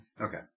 Okay